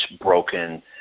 broken